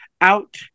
out